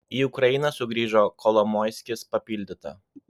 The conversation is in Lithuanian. į ukrainą sugrįžo kolomoiskis papildyta